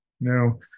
no